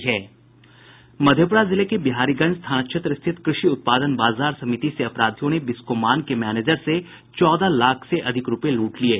मधेपुरा जिले के बिहारीगंज थाना क्षेत्र स्थित कृषि उत्पादन बाजार समिति से अपराधियों ने बिस्कोमान के मैनेजर से चौदह लाख से अधिक रुपये लूट लिये